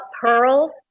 pearls